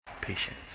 patience